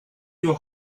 your